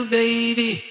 baby